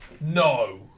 No